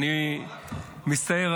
אני מצטער,